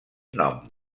nom